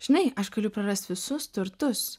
žinai aš galiu prarast visus turtus